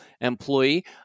employee